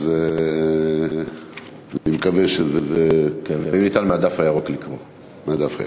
אז אני מקווה שזה, ואם ניתן, לקרוא מהדף הירוק.